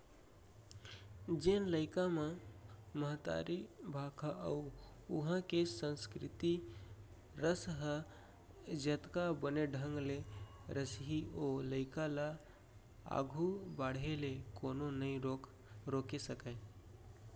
जेन लइका म महतारी भाखा अउ उहॉं के संस्कृति रस ह जतका बने ढंग ले रसही ओ लइका ल आघू बाढ़े ले कोनो नइ रोके सकयँ